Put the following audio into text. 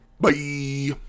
Bye